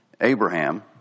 Abraham